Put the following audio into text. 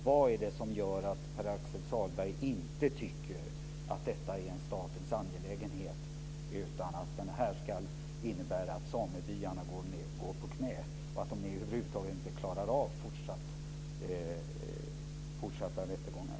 Vad är det som gör att Pär-Axel Sahlberg inte tycker att detta är en statens angelägenhet, utan att det ska innebära att samebyarna går på knä och över huvud taget inte klarar av fortsatta rättegångar?